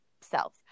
self